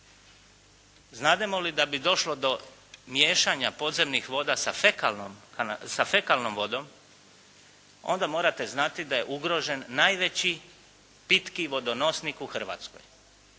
Znademo li da bi došlo do miješanja podzemnih voda sa fekalnom vodom, onda morate znati da je ugrožen najveći pitki vodonosnik u Hrvatskoj.